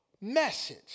message